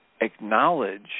acknowledge